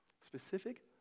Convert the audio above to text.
specific